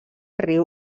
riu